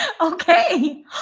Okay